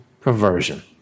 perversion